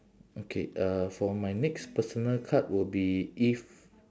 okay uh for my next personal card will be if